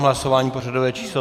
Hlasování pořadové číslo 132.